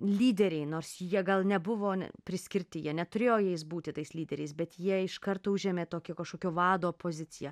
lyderiai nors jie gal nebuvo priskirti jie neturėjo jais būti tais lyderiais bet jie iš kart užėmė toįi kažkokio vado poziciją